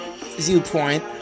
viewpoint